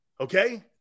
Okay